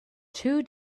two